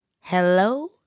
Hello